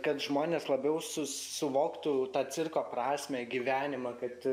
kad žmonės labiau su suvoktų tą cirko prasmę gyvenimą kad